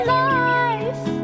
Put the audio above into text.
life